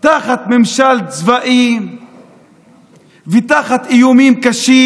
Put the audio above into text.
תחת ממשל צבאי ותחת איומים קשים.